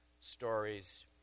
stories